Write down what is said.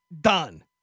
Done